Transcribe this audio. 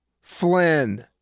Flynn